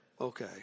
Okay